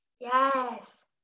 Yes